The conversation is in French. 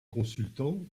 consultant